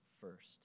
first